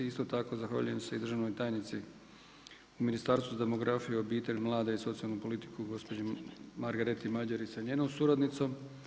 Isto tako zahvaljujem se i državnoj tajnici u Ministarstvu demografije, obitelji, mladih i socijalnoj politici gospođi Margareti Mađerić sa njenom suradnicom.